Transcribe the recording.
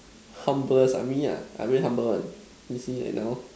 humblest ah me ah I very humble one you see like now